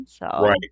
right